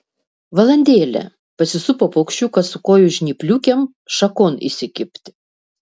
valandėlę pasisupo paukščiukas su kojų žnypliukėm šakon įsikibti